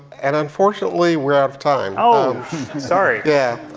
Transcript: and unfortunately, we're out of time. oh sorry. yeah,